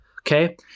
okay